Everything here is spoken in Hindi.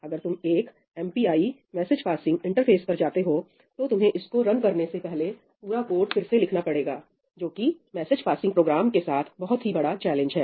अगर तुम कुछ MPI मैसेज पासिंग इंटरफेस पर जाते हो तो तुम्हें इसको रन करने से पहले पूरा कोड फिर से लिखना पड़ेगा जो कि मैसेज पासिंग प्रोग्राम के साथ बहुत ही बड़ा चैलेंज है